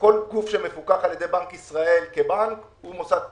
גוף שמפוקח על ידי בנק ישראל כבנק, הוא מוסד כספי.